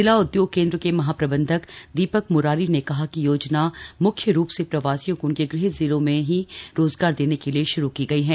जिला उद्योग केंद्र के महाप्रबंधक दीपक म्रारी ने कहा कि योजना म्ख्य रूप से प्रवासियों को उनके गृह जिलों में ही रोजगार देने के लिए श्रू की गई है